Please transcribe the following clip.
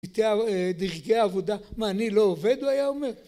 בדרכי העבודה, מה, אני לא עובד? הוא היה אומר.